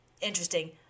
Interesting